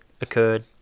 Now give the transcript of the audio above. occurred